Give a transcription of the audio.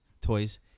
toys